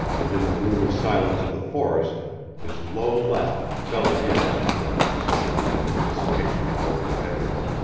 and in the gloomy silence of the forest his low laugh fell again as he clenched his hands in anticipation of what was ahead of him.